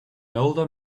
older